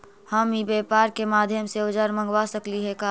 हम ई व्यापार के माध्यम से औजर मँगवा सकली हे का?